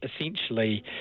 essentially